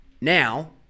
now